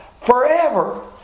Forever